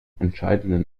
entscheidenden